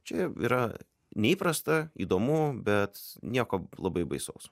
čia yra neįprasta įdomu bet nieko labai baisaus